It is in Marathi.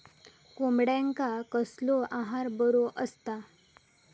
कोंबड्यांका कसलो आहार बरो असता?